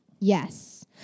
Yes